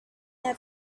had